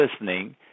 listening